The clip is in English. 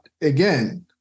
again